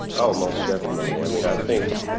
most definitely i mean i think,